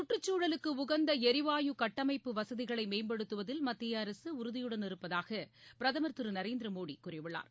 சுற்றுச்சூழலுக்கு உகந்த எரிவாயு கட்டமைப்பு வசதிகளை மேம்படுத்துவதில் மத்திய அரசு ஊறுதியுடன் இருப்பதாக பிரதமர் திரு நரேந்திர மோடி கூறியுள்ளார்